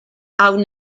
aun